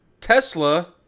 Tesla